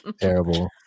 terrible